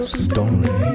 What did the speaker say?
story